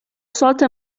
سات